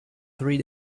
three